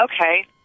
okay